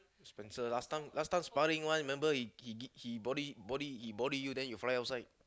Spencer last time last time sparring one remember he he he body body he body you then you fly outside